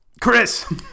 Chris